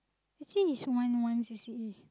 actually is one one you see